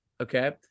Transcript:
Okay